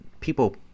people